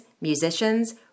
musicians